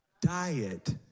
diet